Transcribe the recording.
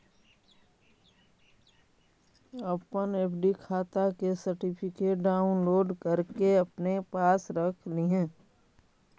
अपन एफ.डी खाता के सर्टिफिकेट डाउनलोड करके अपने पास रख लिहें